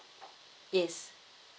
yes